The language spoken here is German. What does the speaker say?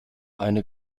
eine